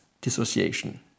dissociation